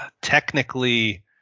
technically